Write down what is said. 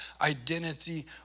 identity